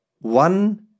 one